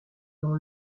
dans